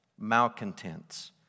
malcontents